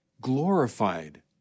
glorified